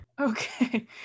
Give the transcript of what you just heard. okay